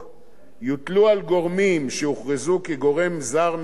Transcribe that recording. יוטלו על גורמים שיוכרזו כגורם זר מסייע,